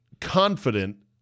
confident